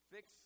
Fix